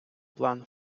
план